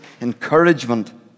encouragement